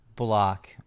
block